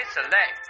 Select